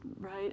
right